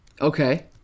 Okay